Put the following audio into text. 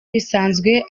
bisanzwe